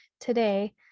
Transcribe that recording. today